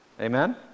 Amen